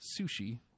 sushi